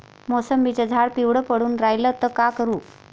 मोसंबीचं झाड पिवळं पडून रायलं त का करू?